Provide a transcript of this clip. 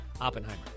Oppenheimer